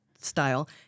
style